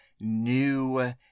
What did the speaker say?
new